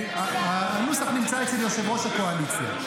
הנוסח נמצא אצל יושב-ראש הקואליציה.